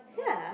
ya